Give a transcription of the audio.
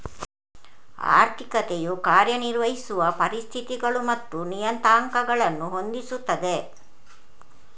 ಆರ್ಥಿಕತೆಯು ಕಾರ್ಯ ನಿರ್ವಹಿಸುವ ಪರಿಸ್ಥಿತಿಗಳು ಮತ್ತು ನಿಯತಾಂಕಗಳನ್ನು ಹೊಂದಿಸುತ್ತದೆ